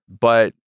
but-